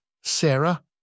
Sarah